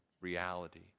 reality